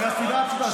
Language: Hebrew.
מהסיבה הפשוטה,